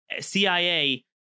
cia